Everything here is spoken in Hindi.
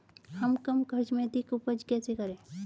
हम कम खर्च में अधिक उपज कैसे करें?